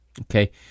Okay